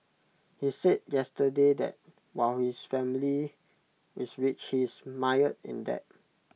he said yesterday that while his family is rich he is mired in debt